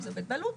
עובד בעלות,